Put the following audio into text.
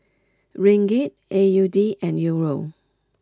Ringgit A U D and Euro